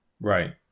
right